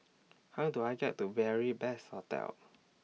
How Do I get to Beary Best Hostel